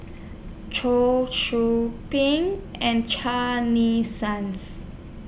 Cheong Soo Pieng and Charney Suns